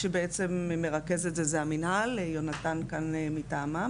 מי שמרכז את זה הם המנהל, יונתן כאן מטעמם,